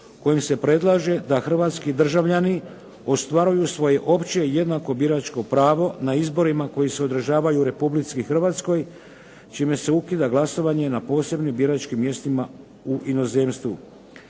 kojim se predlaže da hrvatski državljani ostvaruju svoje opće i jednako biračko pravo na izborima koji se održavaju u Republici Hrvatskoj čime se ukida glasovanje na posebnim biračkim mjestima u inozemstvu.